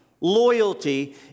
loyalty